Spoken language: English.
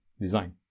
design